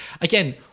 Again